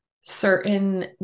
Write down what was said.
certain